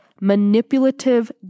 manipulative